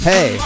Hey